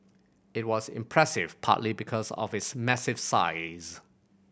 it was impressive partly because of its massive size